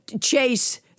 chase